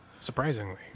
Surprisingly